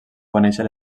conèixer